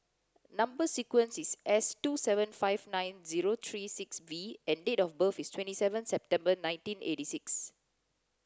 number sequence is S two seven five nine zero three six V and date of birth is twenty seven September nineteen eighty six